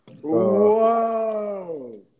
Whoa